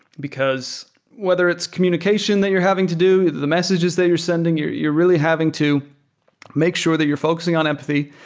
because whether it's communication that you're having to do, the messages that you're sending. you're you're really having to make sure that you're focusing on empathy,